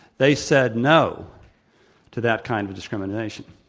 they said no to that kind of discrimination.